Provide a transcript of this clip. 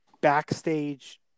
backstage